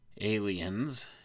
aliens